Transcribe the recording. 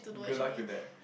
good luck to that